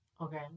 Okay